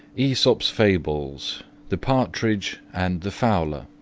aesop's fables the partridge and the fowler